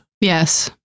Yes